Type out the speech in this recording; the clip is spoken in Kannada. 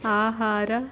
ಆಹಾರ